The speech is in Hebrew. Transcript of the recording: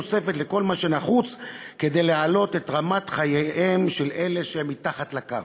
תוספת לכל מה שנחוץ כדי להעלות את רמת חייהם של אלה שהם מתחת לקו.